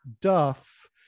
duff